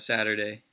Saturday